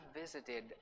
visited